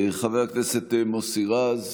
חבר הכנסת מוסי רז,